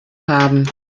haben